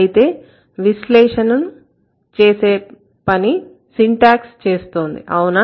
అయితే విశ్లేషించే పని సింటాక్స్ చేస్తోంది అవునా